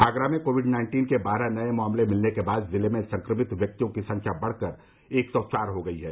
आगरा में Covid nineteen के बारह नए मामले मिलने के बाद जिले में संक्रमित व्यक्तियों की संख्या बढ़कर एक सौ चार हो गई है